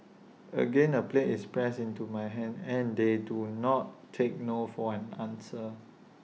again A plate is pressed into my hands and they do not take no for an answer